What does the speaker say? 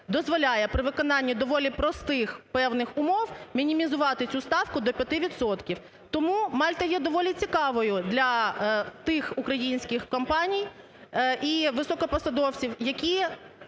дозволяє при виконанні доволі простих певних умов мінімізувати цю ставку до 5 відсотків. Тому Мальта є доволі цікавою для тих українських компаній і високопосадовців, які